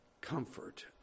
comfort